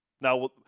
Now